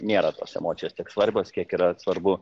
nėra tos emocijos tiek svarbios kiek yra svarbu